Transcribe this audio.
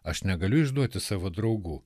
aš negaliu išduoti savo draugų